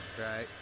right